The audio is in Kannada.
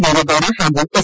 ದೇವೇಗೌದ ಹಾಗೂ ಎಸ್